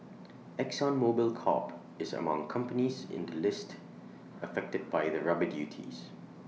exxon Mobil Corp is among companies in the list affected by the rubber duties